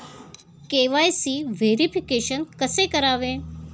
KYC verification कसे करावे?